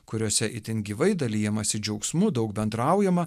kuriose itin gyvai dalijamasi džiaugsmu daug bendraujama